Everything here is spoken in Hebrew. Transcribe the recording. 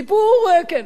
סיפור, כן.